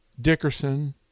Dickerson